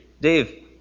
Dave